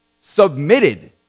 submitted